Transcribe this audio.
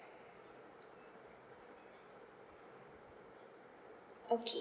okay